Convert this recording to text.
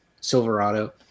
Silverado